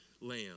lamb